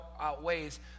outweighs